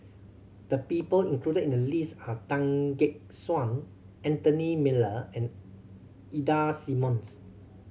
the people included in the list are Tan Gek Suan Anthony Miller and Ida Simmons